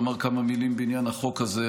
לומר כמה מילים בעניין החוק הזה.